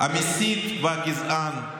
המסית והגזען.